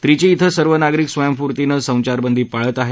त्रिची इथं सर्व नागरिक स्वयंस्फूर्तीन संचारबंदी पाळत आहेत